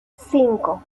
cinco